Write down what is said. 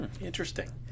Interesting